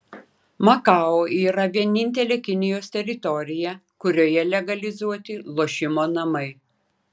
makao yra vienintelė kinijos teritorija kurioje legalizuoti lošimo namai